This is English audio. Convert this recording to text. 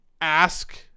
Ask